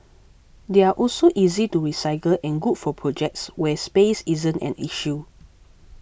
they are also easy to recycle and good for projects where space isn't an issue